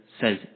says